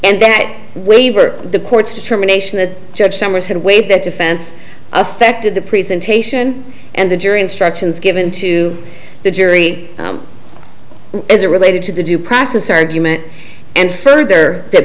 and that waiver the court's determination that judge summers had waived that defense affected the presentation and the jury instructions given to the jury as a related to the due process argument and further that